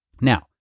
Now